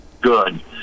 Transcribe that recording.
Good